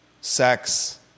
sex